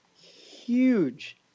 huge